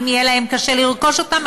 ואם יהיה להם קשה לרכוש אותן,